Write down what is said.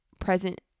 present